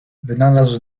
wynalazł